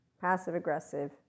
passive-aggressive